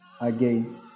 again